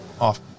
off